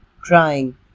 Crying